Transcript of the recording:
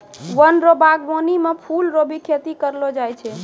वन रो वागबानी मे फूल रो भी खेती करलो जाय छै